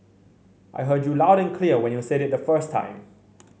I heard you loud and clear when you said it the first time